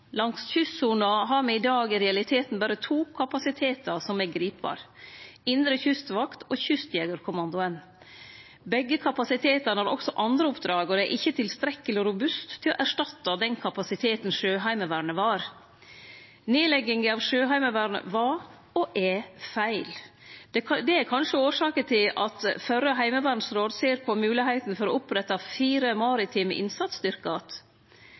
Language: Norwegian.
Langs kystsona har me i dag i realiteten berre to kapasitetar å gripe til – Indre Kystvakt og Kystjegerkommandoen. Begge kapasitetane har også andre oppdrag, og dei er ikkje tilstrekkeleg robuste til å erstatte den kapasiteten Sjøheimevernet var. Nedlegginga av Sjøheimevernet var og er feil. Det er kanskje årsaka til at førre heimevernsråd ser på moglegheita for å opprette fire maritime